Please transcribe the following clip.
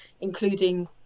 including